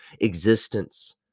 existence